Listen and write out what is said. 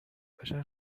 قشنگ